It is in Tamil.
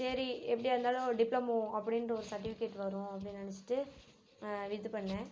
சரி எப்படியா இருந்தாலும் டிப்ளமோ அப்படின்ற ஒரு சர்டிவிகேட் வரும் அப்படின்னு நினச்சிட்டு இது பண்ணேன்